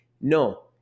No